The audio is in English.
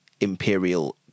imperial